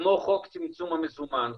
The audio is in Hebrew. כמו חוק צמצום המזומן,